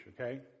okay